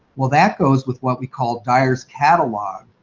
well that goes with what we call dyar's catalog.